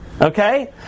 okay